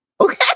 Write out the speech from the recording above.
Okay